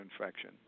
infection